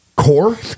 Core